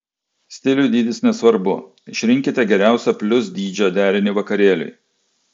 stiliui dydis nesvarbu išrinkite geriausią plius dydžio derinį vakarėliui